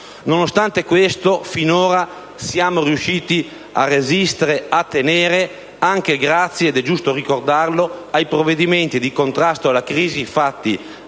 Nonostante questo, finora siamo riusciti a resistere, a tenere, anche grazie - è giusto ricordarlo - ai provvedimenti di contrasto alla crisi fatti